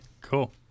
Cool